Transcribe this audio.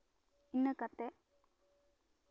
ᱤᱱᱟᱹ ᱠᱟᱛᱮᱫ